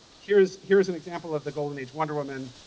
here's here's an example of the golden age wonder woman.